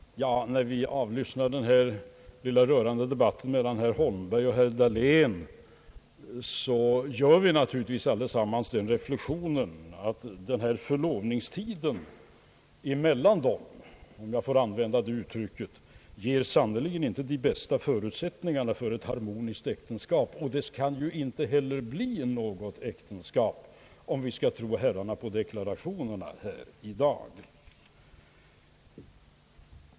Ja, när vi avlyssnar den lilla rörande debatten mellan herr Holmberg och herr Dahlén gör vi naturligtvis allesammans reflexionen att den här förlovningstiden mellan dem — om jag får använda det uttrycket — sannerligen inte ger de bästa förutsättningarna för ett harmoniskt äktenskap; och det kan ju heller inte bli något äktenskap, om vi skall tro på herrarnas deklarationer i dag.